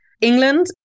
England